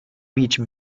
bach